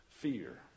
Fear